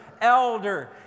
elder